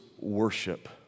worship